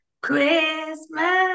Christmas